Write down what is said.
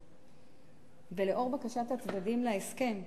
לאור בקשת הצדדים להסכם,